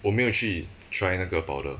我没有去 try 那个 powder